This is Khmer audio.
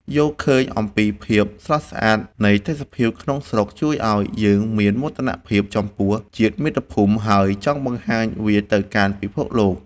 យល់ឃើញអំពីភាពស្រស់ស្អាតនៃទេសភាពក្នុងស្រុកជួយឱ្យយើងមានមោទនភាពចំពោះជាតិមាតុភូមិ ហើយ ចង់បង្ហាញវាទៅកាន់ពិភពលោក។